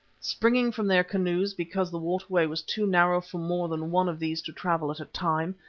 springing from their canoes because the waterway was too narrow for more than one of these to travel at a time,